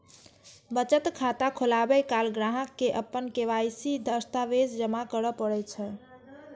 बचत खाता खोलाबै काल ग्राहक कें अपन के.वाई.सी दस्तावेज जमा करय पड़ै छै